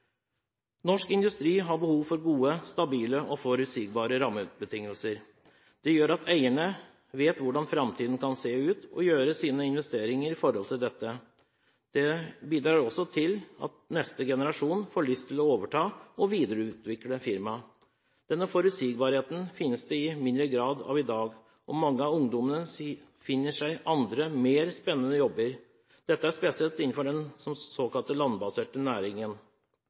Norsk industri har behov for gode, stabile og forutsigbare rammebetingelser. Det gjør at eierne vet hvordan framtiden kan se ut, og at de kan gjøre sine investeringer ut fra dette. Det bidrar også til at neste generasjon får lyst til å overta og videreutvikle firmaet. Denne forutsigbarheten finnes i mindre grad i dag, og mange av ungdommene finner seg andre, mer spennende jobber. Dette gjelder spesielt innenfor den såkalte landbaserte næringen.